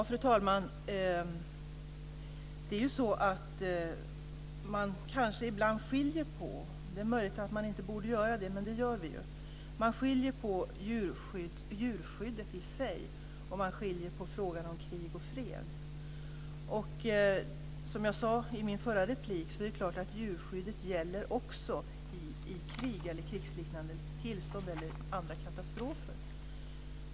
Fru talman! Man skiljer ibland på djurskyddet i sig och frågan om krig och fred. Det är möjligt att man inte borde göra det, men det gör vi ju. Som jag sade i mitt tidigare inlägg så är det klart att djurskyddet också gäller i krig, i krigsliknande tillstånd eller vid andra katastrofer.